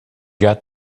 got